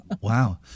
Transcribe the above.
Wow